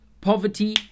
Poverty